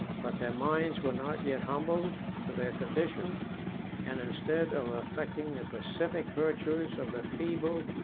but their minds were not yet humbled to their condition and instead of affecting the pacific virtues of the feeble,